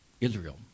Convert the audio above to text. Israel